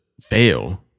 fail